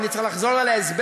אני צריך לחזור על ההסבר?